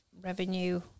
revenue